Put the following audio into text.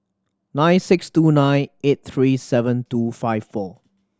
nine six two nine eight three seven two five four